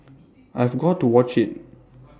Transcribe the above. I've got to watch IT